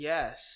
Yes